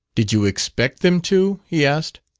did you expect them to? he asked.